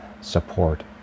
support